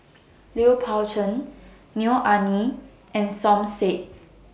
Lui Pao Chuen Neo Anngee and Som Said